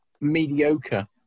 mediocre